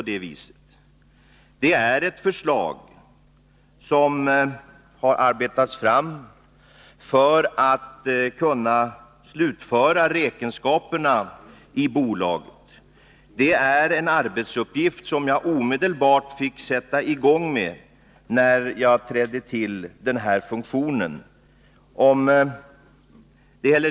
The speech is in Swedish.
Det är ett förslag som har arbetats fram för att man skall kunna slutföra räkenskaperna i bolaget, och det handlar om en arbetsuppgift som jag fick sätta i gång med omedelbart när jag trädde till i min funktion.